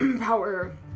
power